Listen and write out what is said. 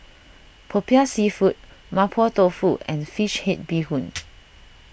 Popiah Seafood Mapo Tofu and Fish Head Bee Hoon